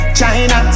China